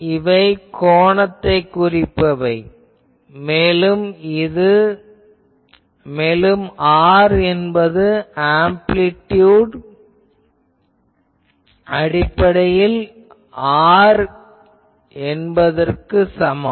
இவை கோணத்தைக் குறிப்பவை மேலும் R என்பது ஆம்ப்ளிடியுட் அடிப்படையில் r க்கு சமம்